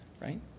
right